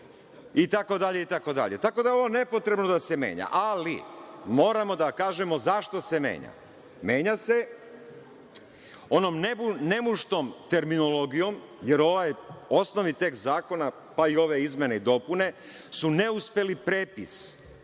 robni, itd. Tako da je ovo nepotrebno da se menja. Ali, moramo da kažemo zašto se menja. Menja se onom nemuštom terminologijom, jer ovaj osnovni tekst zakona, pa i ove izmene i dopune su neuspeli prepis,